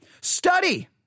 Study